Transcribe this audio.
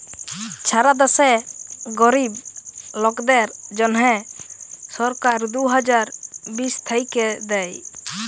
ছারা দ্যাশে গরীব লোকদের জ্যনহে সরকার দু হাজার বিশ থ্যাইকে দেই